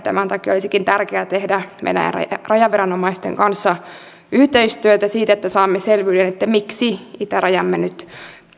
tämän takia olisikin tärkeää tehdä venäjän rajaviranomaisten kanssa yhteistyötä siinä että saamme selvyyden miksi itärajamme nyt